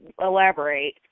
elaborate